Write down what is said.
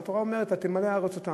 התורה אומרת: "ותִמָלא הארץ אֹתם".